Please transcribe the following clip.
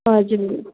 हजुर